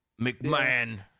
McMahon